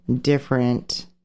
different